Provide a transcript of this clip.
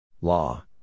Law